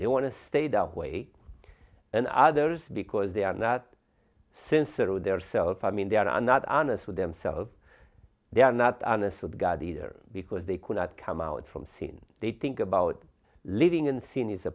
they want to stay that way and others because they are not since are their self i mean they are not honest with themselves they are not honest with god either because they cannot come out from sin they think about living in sin is a